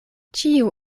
ĉiu